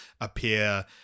appear